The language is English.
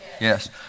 Yes